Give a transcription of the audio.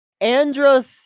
Andros